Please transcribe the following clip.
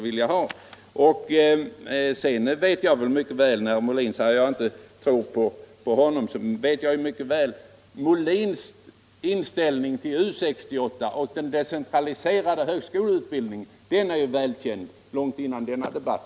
Som en kommentar till herr Molins påstående att jag inte tror på honom vill jag till sist säga att herr Molins negativa inställning till U 68 och den decentraliserade högskoleutbildningen var välkänd långt före denna debatt.